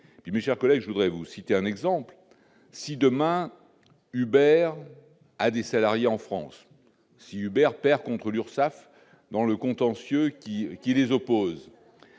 budget après je voudrais vous citer un exemple : si demain, Hubert à des salariés en France si Hubert perd contre l'Urssaf dans le contentieux qui qui les opposent